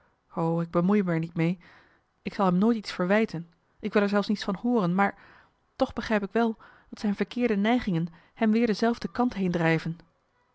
ik bemoei er me niet mee ik zal hem nooit iets verwijten ik wil er zelfs niets van hooren maar toch begrijp ik wel dat zijn verkeerde neigingen hem weer dezelfde kant heen drijven